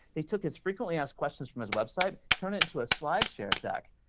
he took his frequently asked questions from his website, turned it into a slideshare deck,